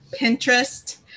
Pinterest